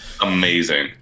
Amazing